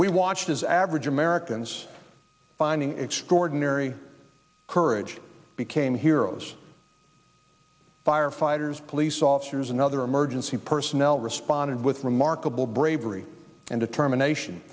we watched as average americans finding extraordinary courage became heroes firefighters police officers and other emergency personnel responded with remarkable bravery and determination